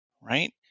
right